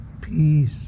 peace